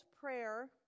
prayer